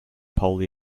polly